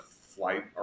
flight